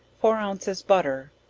four ounces butter,